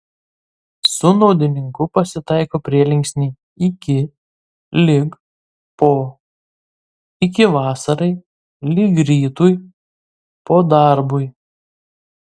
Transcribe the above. su naudininku pasitaiko prielinksniai iki lig po iki vasarai lig rytui po darbui